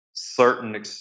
certain